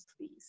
please